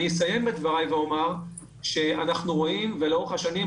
אסיים את דבריי ואומר שאנחנו רואים לאורך השנים,